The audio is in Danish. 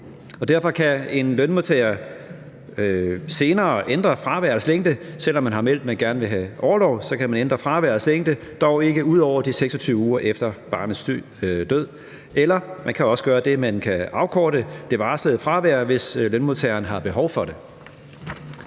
Derfor kan en lønmodtager senere ændre fraværets længde. Selv om man har meldt, at man gerne vil have orlov, kan man ændre fraværets længde, dog ikke ud over de 26 uger efter barnets død. Eller også kan man gøre det, at man kan afkorte det varslede fravær, hvis lønmodtageren har behov for det.